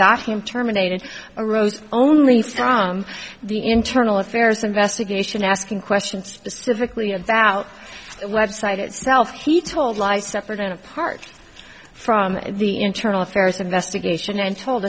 got him terminated arose only the internal affairs investigation asking questions specifically in south website itself he told lies separate and apart from the internal affairs investigation